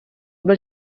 byl